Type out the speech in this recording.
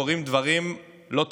קורים דברים לא טובים.